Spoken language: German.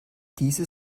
diese